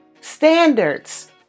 standards